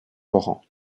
laurent